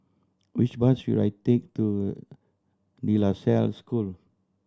which bus should I take to De La Salle School